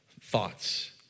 thoughts